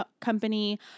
Company